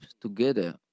together